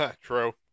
True